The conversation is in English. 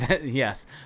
yes